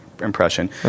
impression